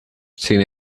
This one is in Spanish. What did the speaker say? sin